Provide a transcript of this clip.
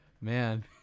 Man